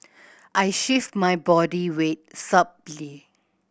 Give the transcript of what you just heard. I shift my body weight